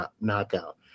knockout